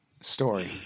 story